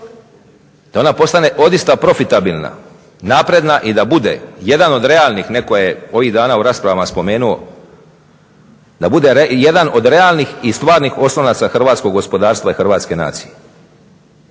da ona postane odista profitabilna, napredna i da bude jedan od realnih, netko je ovih dana u raspravama spomenuo, da bude jedan od realnih i stvarnih oslonaca hrvatskog gospodarstva i hrvatske nacije